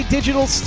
Digital